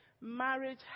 marriage